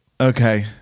Okay